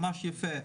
ממש יפה,